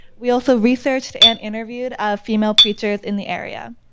we also researched and interviewed female preachers in the area.